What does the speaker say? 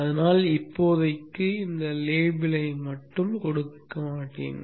அதனால் இப்போதைக்கு இந்த லேபிளை மட்டும் கொடுக்க மாட்டேன்